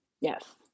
Yes